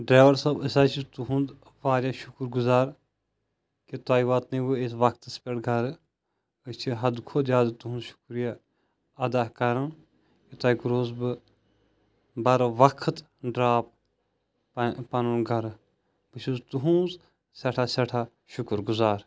driver صٲب أسۍ حظ چھِ تُہُنٛد واریاہ شُکُر گُزار کہِ تُہۍ واتنٲیوٕ أسۍ وَقتَس پٮ۪ٹھ گَرٕ أسۍ چھِ حَد کھۄتہٕ زیادٕ تُہُنٛد شُکریہ اَدا کَران کہِ تۄہہِ کورہوس بہٕ برٕ وَقت ڈرٛاپ پَنُن گَرٕ بہٕ چھُس تُہُنٛز سٮ۪ٹھاہ سٮ۪ٹھاہ شُکُرگُزار